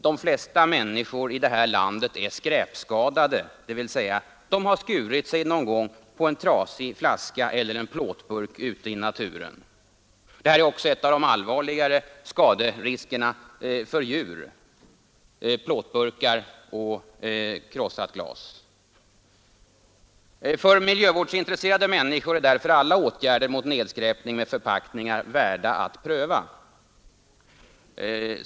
De flesta människor i det här landet är skräpskadade, dvs. de har någon gång skurit sig på en trasig flaska eller en plåtburk ute i naturen. Plåtburkar och krossat glas utgör också några av de allvarligare skaderiskerna för djur. För miljövårdsintresserade människor är därför alla åtgärder mot nedskräpning med förpackningar värda att pröva.